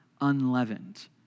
unleavened